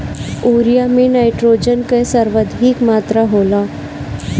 urea में nitrogen कअ सर्वाधिक मात्रा होला